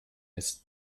ist